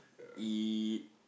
eat